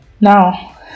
Now